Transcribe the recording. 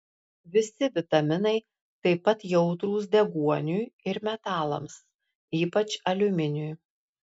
visi vitaminai taip pat jautrūs deguoniui ir metalams ypač aliuminiui